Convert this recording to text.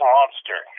Monster